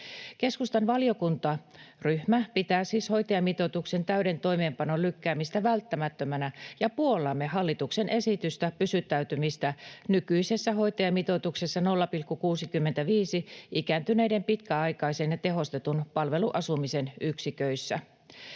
Keskustan valiokuntaryhmä pitää siis hoitajamitoituksen täyden toimeenpanon lykkäämistä välttämättömänä, ja puollamme hallituksen esitystä pysyttäytymisestä nykyisessä hoitajamitoituksessa, 0,65:ssä, ikääntyneiden pitkäaikaisen ja tehostetun palveluasumisen yksiköissä.